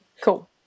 Cool